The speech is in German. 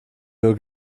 nur